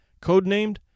codenamed